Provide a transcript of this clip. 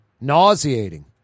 Nauseating